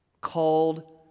called